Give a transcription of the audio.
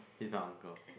he's the uncle